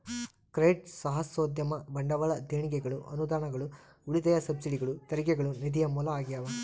credit ಸಾಹಸೋದ್ಯಮ ಬಂಡವಾಳ ದೇಣಿಗೆಗಳು ಅನುದಾನಗಳು ಉಳಿತಾಯ ಸಬ್ಸಿಡಿಗಳು ತೆರಿಗೆಗಳು ನಿಧಿಯ ಮೂಲ ಆಗ್ಯಾವ